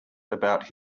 about